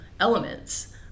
elements